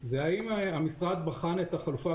האם המשרד בחן את החלופה.